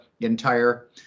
entire